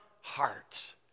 heart